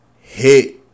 hit